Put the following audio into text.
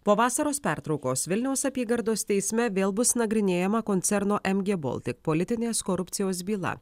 po vasaros pertraukos vilniaus apygardos teisme vėl bus nagrinėjama koncerno mg baltic politinės korupcijos byla